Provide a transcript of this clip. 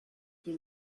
you